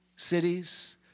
Cities